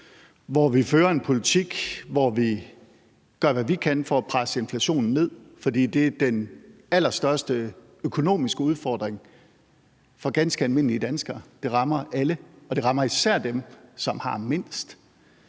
så vi fører en politik, hvor vi gør, hvad vi kan, for at presse inflationen ned – for det er den allerstørste økonomiske udfordring for ganske almindelige danskere; det rammer alle, og det rammer især dem, som har mindst